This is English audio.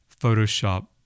Photoshop